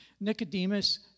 Nicodemus